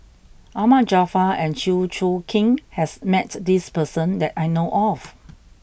Ahmad Jaafar and Chew Choo Keng has met this person that I know of